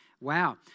wow